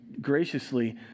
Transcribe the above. graciously